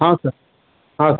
ಹಾಂ ಸರ್ ಹಾಂ